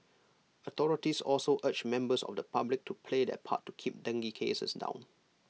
authorities also urged members of the public to play their part to keep dengue cases down